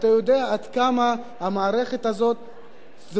אתה יודע עד כמה המערכת הזאת זקוקה